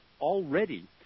already